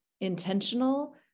intentional